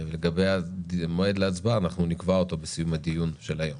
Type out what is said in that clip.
לגבי מועד ההצבעה אנחנו נקבע אותו בסיום הדיון של היום,